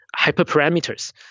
hyperparameters